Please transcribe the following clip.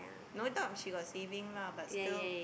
no doubt she got saving lah but still